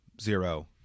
zero